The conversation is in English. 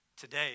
today